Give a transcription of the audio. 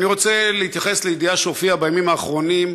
אני רוצה להתייחס לידיעה שהופיעה בימים האחרונים,